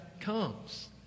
comes